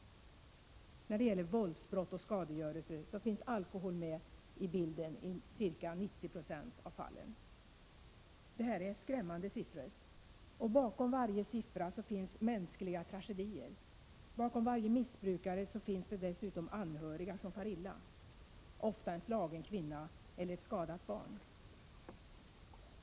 När det gäller våldsbrott och skadegörelse finns alkohol med i bilden i ca 90 96 av fallen. Detta är skrämmande siffror. Och bakom varje siffra finns mänskliga tragedier. Bakom varje missbrukare finns dessutom anhöriga som far illa — ofta en slagen kvinna eller ett skadat barn.